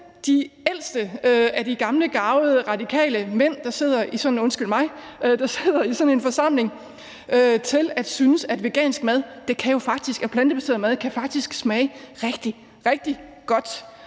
de ældste af de gamle, garvede radikale mænd – undskyld mig – der sidder i sådan en forsamling, til at synes, at vegansk og plantebaseret mad faktisk kan smage rigtig, rigtig godt.